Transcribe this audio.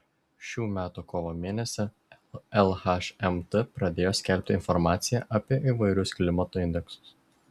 šių metų kovo mėnesį lhmt pradėjo skelbti informaciją apie įvairius klimato indeksus